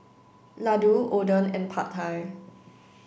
Ladoo Oden and Pad Thai